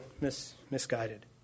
misguided